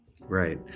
Right